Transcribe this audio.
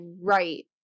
right